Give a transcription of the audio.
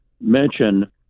mention